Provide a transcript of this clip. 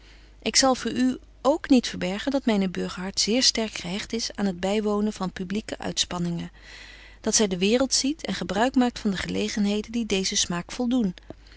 ik zal voor u k niet verbergen dat myne burgerhart zeer sterk gehecht is aan het bywonen van publyque uitspanningen dat zy de waereld ziet en gebruik maakt van de gelegenheden die deezen smaak voldoen